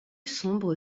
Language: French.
sombre